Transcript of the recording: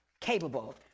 Capable